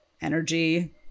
energy